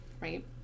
Right